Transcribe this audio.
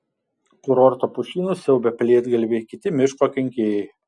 kurorto pušynus siaubia pelėdgalviai kiti miško kenkėjai